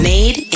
Made